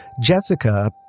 Jessica